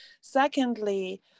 Secondly